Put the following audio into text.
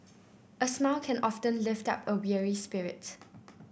a smile can often lift up a weary spirit